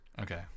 Okay